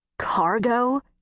Cargo